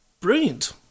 Brilliant